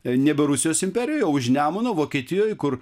nebe rusijos imperijoj o už nemuno vokietijoj kur